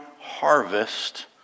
harvest